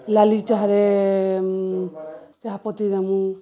ଲାଲି ଚାହାରେ ଚାହା ପତି ଦେମୁଁ